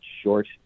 short